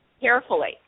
carefully